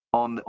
on